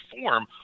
form